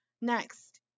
Next